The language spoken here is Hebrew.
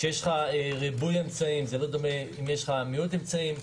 ריבוי אמצעים מול מיעוט אמצעים שישנם.